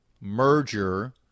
merger